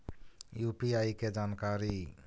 UPI के जानकारी?